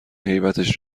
هیبتش